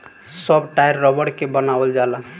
सब टायर रबड़ के बनावल जाला